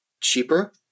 cheaper